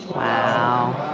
wow.